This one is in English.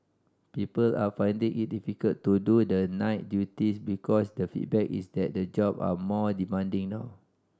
people are finding it difficult to do the night duties because the feedback is that the job are more demanding now